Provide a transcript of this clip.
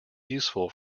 useful